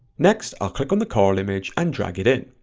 next i'll click on the coral image and drag it in,